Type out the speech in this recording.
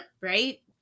right